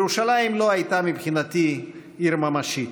ירושלים לא הייתה מבחינתי עיר ממשית,